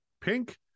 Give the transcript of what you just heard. Pink